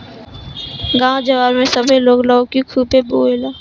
गांव जवार में सभे लोग लौकी खुबे बोएला